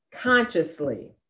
consciously